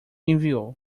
enviou